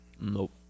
Nope